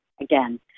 again